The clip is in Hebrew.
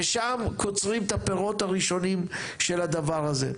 ושם קוצרים את הפירות הראשונים של הדבר הזה.